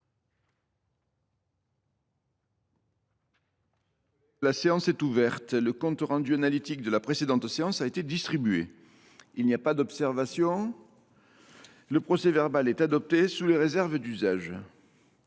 La séance est ouverte. Le compte rendu analytique de la précédente séance a été distribué. Il n’y a pas d’observation ?… Le procès verbal est adopté sous les réserves d’usage.